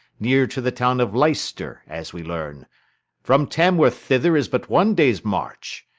near to the town of leicester, as we learn from tamworth thither is but one day's march.